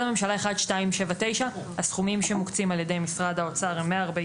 הממשלה 1279 הסכומים שמוקצים על ידי האוצר הם 140